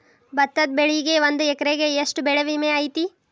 ಭತ್ತದ ಬೆಳಿಗೆ ಒಂದು ಎಕರೆಗೆ ಎಷ್ಟ ಬೆಳೆ ವಿಮೆ ಐತಿ?